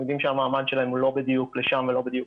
--- שהמעמד שלהם הוא לא בדיוק לשם ולא בדיוק